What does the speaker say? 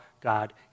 God